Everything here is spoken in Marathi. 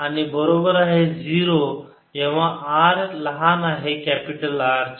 आणि बरोबर आहे 0 जेव्हा r लहान आहे कॅपिटल R च्या